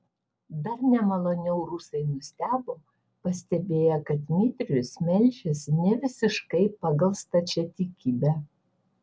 dar nemaloniau rusai nustebo pastebėję kad dmitrijus meldžiasi nevisiškai pagal stačiatikybę